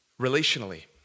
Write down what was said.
Relationally